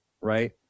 right